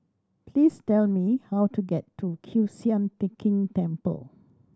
please tell me how to get to Kiew Sian King Temple